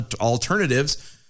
alternatives